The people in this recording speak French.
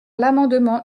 l’amendement